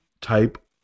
type